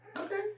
Okay